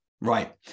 right